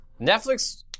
Netflix